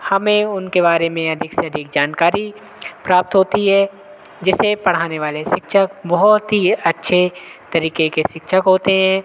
हमें उनके बारे में अधिक से अधिक जानकारी प्राप्त होती है जिसे पढ़ाने वाले शिक्षक बहुत ही अच्छे तरीक़े के शिक्षक होते हैं